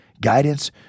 guidance